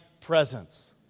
presence